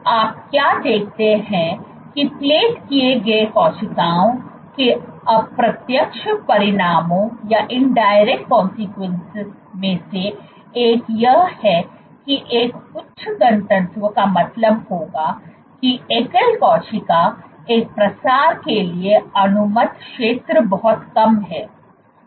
आप क्या देखते हैं कि प्लेट किए गए कोशिकाओं के अप्रत्यक्ष परिणामों में से एक यह है कि एक उच्च घनत्व का मतलब होगा कि एकल कोशिका के प्रसार के लिए अनुमत क्षेत्र बहुत कम है